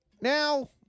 now